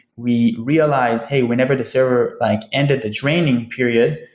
we realize, hey, whenever the server like ended the draining period,